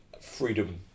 freedom